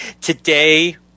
Today